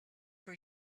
for